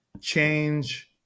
change